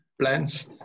plans